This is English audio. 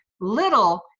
little